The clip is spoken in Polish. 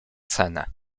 cenę